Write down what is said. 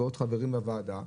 ועוד חברים בוועדה,